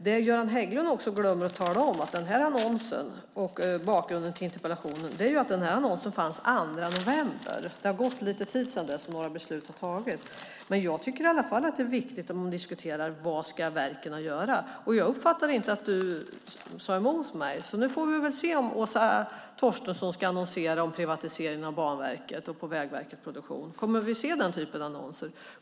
Det Göran Hägglund glömmer att tala om och som är bakgrunden till interpellationen är att annonsen fanns den 2 november. Det har gått lite tid sedan dess, och några beslut har fattats. Det är viktigt att man diskuterar: Vad ska verken göra? Jag uppfattade inte att du sade emot mig. Nu får vi se om Åsa Torstensson ska annonsera om privatisering av Banverket och Vägverket Produktion. Kommer vi att se den typen av annonser?